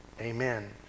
amen